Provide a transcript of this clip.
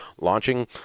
Launching